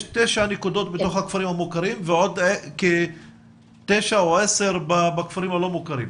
יש תשע נקודות בתוך הכפרים המוכרים ועוד תשע או עשר בכפרים הלא מוכרים.